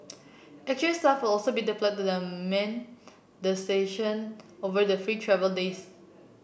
extra staff also be deployed to the man the station over the free travel days